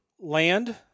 land